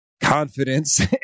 confidence